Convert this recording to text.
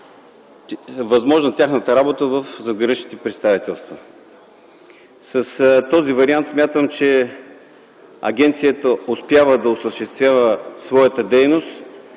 възможна тяхната работа в задграничните представителства. С този вариант смятам, че агенцията успява да осъществява своята дейност,